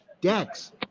Dex